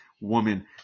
woman